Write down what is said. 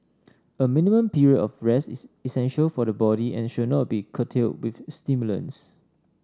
a minimum period of rest is essential for the body and should not be curtailed with stimulants